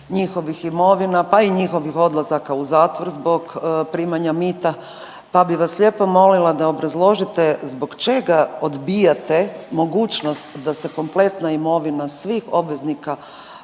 njihovih imovina, pa i njihovih odlazaka u zatvor zbog primanja mita, pa bi vas lijepo molila da obrazložite zbog čega odbijate mogućnost da se kompletna imovina svih obveznika